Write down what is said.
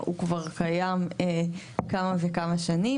הוא כבר קיים כמה וכמה שנים.